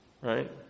Right